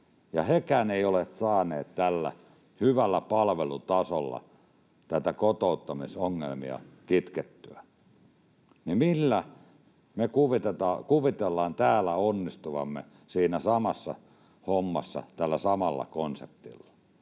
ja hekään eivät ole saaneet tällä hyvällä palvelutasolla kotouttamisongelmia kitkettyä, niin millä me kuvitellaan täällä onnistuvamme siinä samassa hommassa tällä samalla konseptilla?